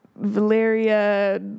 Valeria